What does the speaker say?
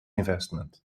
investment